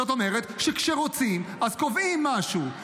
זאת אומרת, כשרוצים אז קובעים משהו.